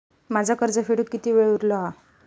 माझा कर्ज फेडुक किती वेळ उरलो हा?